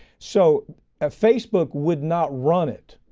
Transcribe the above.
so ah facebook would not run it.